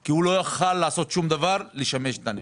כי הוא לא יכול היה לעשות שום דבר כדי להשמיש את הנכס.